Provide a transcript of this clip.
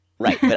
Right